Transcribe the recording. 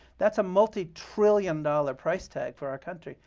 that's a multi-trillion dollar price tag for our country.